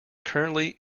currently